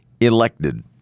elected